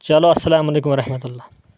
چلو اسلام عليكم ورحمة الله